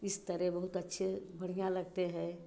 इस तरह बहुत अच्छे बढ़िया लगते है